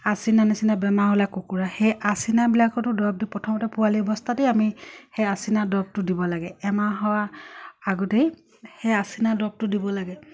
আচিনা নিচিনা বেমাৰ হ'লে কুকুৰা সেই আচিনাবিলাকতো দৰৱ দিওঁ প্ৰথমতে পোৱালি অৱস্থাতেই আমি সেই আচনা দৰবটো দিব লাগে এমাহ আগতেই সেই আচিনা দৰবটো দিব লাগে